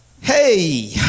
Hey